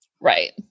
Right